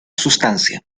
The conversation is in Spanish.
sustancia